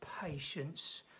patience